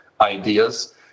ideas